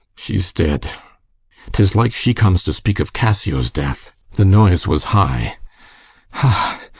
she's dead tis like she comes to speak of cassio's death the noise was high ha!